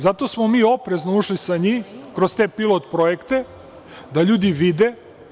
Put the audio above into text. Zato smo mi oprezno ušli sa njim kroz te pilot projekte, da ljudi vide.